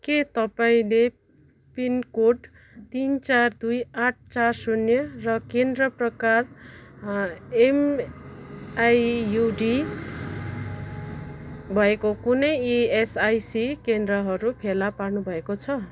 के तपाईँले पिनकोड तिन चार दुई आठ चार शून्य र केन्द्र प्रकार एमआइयुडी भएको कुनै एएसआइसी केन्द्रहरू फेला पार्नु भएको छ